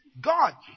God